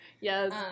Yes